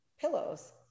pillows